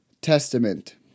Testament